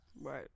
right